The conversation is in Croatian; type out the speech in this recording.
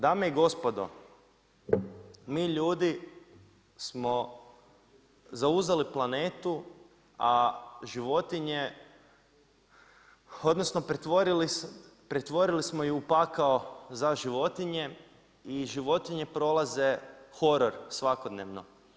Dame i gospodo, mi ljudi, smo zauzeli planetu, a životinje, odnosno, pretvorili smo ju u pakao za životinje i životinje prolaze horor svakodnevno.